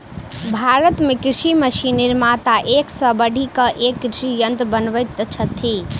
भारत मे कृषि मशीन निर्माता एक सॅ बढ़ि क एक कृषि यंत्र बनबैत छथि